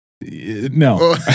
No